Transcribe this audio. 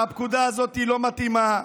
שהפקודה הזאת לא מתאימה,